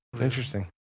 Interesting